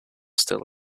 still